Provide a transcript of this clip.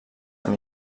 amb